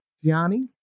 Gianni